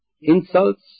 insults